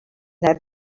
their